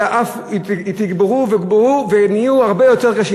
אלא אף תוגברו ונהיו הרבה יותר קשים.